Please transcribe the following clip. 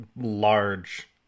large